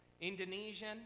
Indonesian